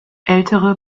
ältere